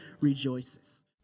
rejoices